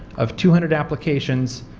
of two hundred applications,